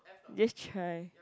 just try